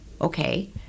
okay